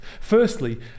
firstly